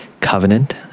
covenant